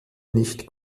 nicht